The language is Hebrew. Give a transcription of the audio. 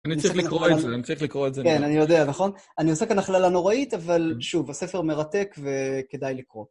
אני צריך לקרוא את זה, אני צריך לקרוא את זה. כן, אני יודע, נכון? אני עושה כאן הכללה נוראית, אבל שוב, הספר מרתק וכדאי לקרוא.